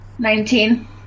Nineteen